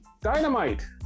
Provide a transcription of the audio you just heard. dynamite